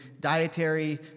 dietary